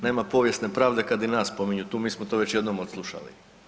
Nema povijesne pravde kad i nas spominju tu, mi smo to već jednom odslušali.